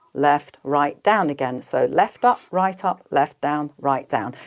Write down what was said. left, right, down again. so, left up, right up, left down, right down.